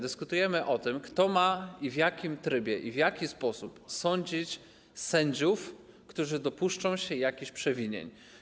Dyskutujemy o tym, kto, w jakim trybie i w jaki sposób ma sądzić sędziów, którzy dopuszczą się jakichś przewinień.